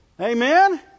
amen